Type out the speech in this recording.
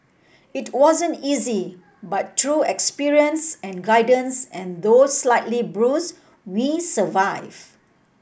it wasn't easy but through experience and guidance and though slightly bruise we survive